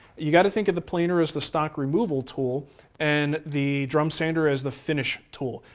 you've got to think of the planer as the stock removal tool and the drum sander as the finishing tool.